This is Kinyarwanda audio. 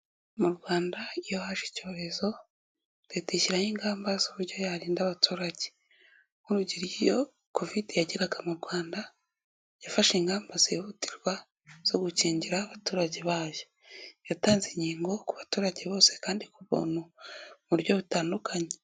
Mu Rwanda iyo haje icyorezo, Leta ishyiraho ingamba z'uburyo yarinda abaturage. Nk'urugero iyo covid yageraga mu Rwanda, yafashe ingamba zihutirwa, zo gukingira abaturage bayo. Yatanze inkingo ku baturage bose kandi ku buntu, mu buryo butandukanye.